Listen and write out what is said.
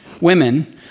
women